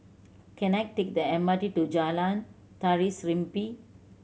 can I take the M R T to Jalan Tari Serimpi